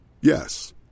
Yes